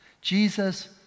Jesus